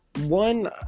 One